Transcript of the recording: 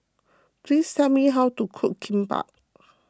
please tell me how to cook Kimbap